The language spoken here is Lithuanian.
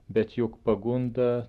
bet juk pagunda